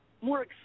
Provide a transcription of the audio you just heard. more